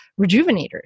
rejuvenators